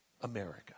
America